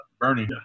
Bernie